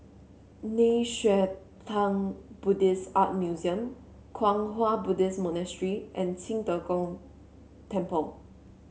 Nei Xue Tang Buddhist Art Museum Kwang Hua Buddhist Monastery and Qing De Gong Temple